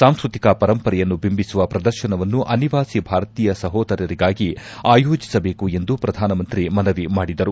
ಸಾಂಸ್ಕತಿಕ ಪರಂಪರೆಯನ್ನು ಬಿಂಬಿಸುವ ಪ್ರದರ್ಶನವನ್ನು ಅನಿವಾಸಿ ಭಾರತೀಯ ಸಹೋದರರಿಗಾಗಿ ಆಯೋಜಿಸಬೇಕು ಎಂದು ಪ್ರಧಾನಮಂತ್ರಿ ಮನವಿ ಮಾಡಿದರು